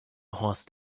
horst